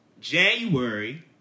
January